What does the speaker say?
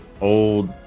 old